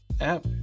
app